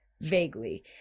vaguely